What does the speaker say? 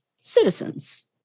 citizens